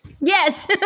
Yes